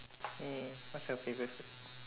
!yay! what's your favourite food